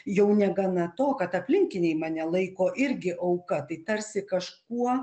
jau negana to kad aplinkiniai mane laiko irgi auka tai tarsi kažkuo